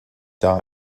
dive